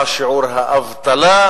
מה שיעור האבטלה,